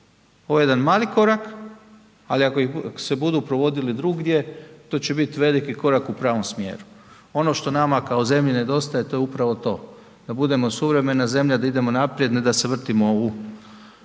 Ovo je jedan mali korak, ali ako se budu provodili drugdje, to će biti veliki korak u pravom smjeru. Ono što nama kao zemlji nedostaje je upravo to. Da budemo suvremena zemlja, da idemo naprijed, ne da se vrtimo u